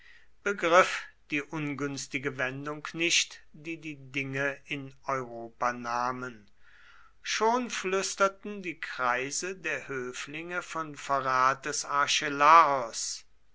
begriff die ungünstige wendung nicht die die dinge in europa nahmen schon flüsterten die kreise der höflinge von verrat des archelaos